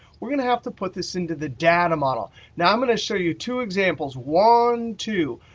we're going to have to put this into the data model. now i'm going to show you two examples, one, two.